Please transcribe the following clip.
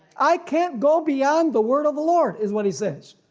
i can't go beyond the word of the lord, is what he says,